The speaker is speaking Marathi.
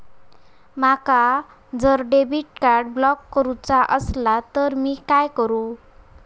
माका जर डेबिट कार्ड ब्लॉक करूचा असला तर मी काय करू?